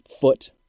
foot